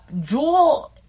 Jewel